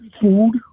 food